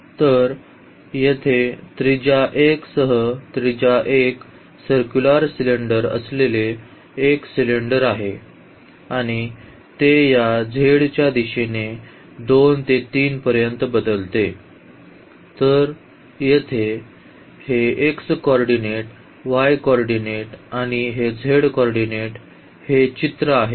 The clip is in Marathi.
तर येथे त्रिज्या 1 सह त्रिज्या 1 सर्क्युलर सिलेंडर असलेले हे एक सिलिंडर आहे आणि ते या z च्या दिशेने 2 ते 3 पर्यंत बदलते तर येथे हे x कॉर्डिनेट y कोऑर्डिनेंट आणि हे z कोऑर्डिनेंट हे चित्र आहे